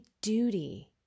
duty